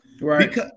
Right